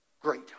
great